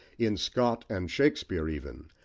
in scott and shakespeare even,